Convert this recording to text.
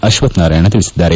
ಅಶ್ವತ್ ನಾರಾಯಣ ತಿಳಿಸಿದ್ದಾರೆ